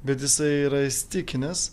bet jisai yra įsitikinęs